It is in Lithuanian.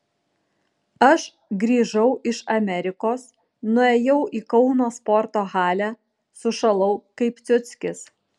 aš grįžau iš amerikos nuėjau į kauno sporto halę sušalau kaip ciuckis